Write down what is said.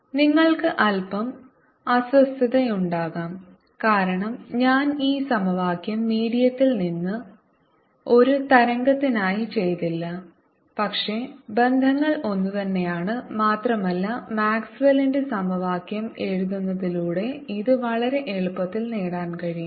BI BRBT EIv1 ERv1ETv2 നിങ്ങൾക്ക് അൽപം അസ്വസ്ഥതയുണ്ടാകാം കാരണം ഞാൻ ഈ സമവാക്യം മീഡിയത്തിൽ ഒരു തരംഗത്തിനായി ചെയ്തില്ല പക്ഷേ ബന്ധങ്ങൾ ഒന്നുതന്നെയാണ് മാത്രമല്ല മാക്സ്വെൽ ന്റെ സമവാക്യം എഴുതുന്നതിലൂടെ ഇത് വളരെ എളുപ്പത്തിൽ നേടാൻ കഴിയും